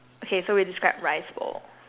okay so we describe rice bowl